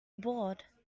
abroad